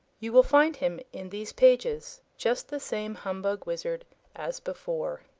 you will find him in these pages, just the same humbug wizard as before.